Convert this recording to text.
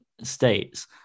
states